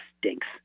stinks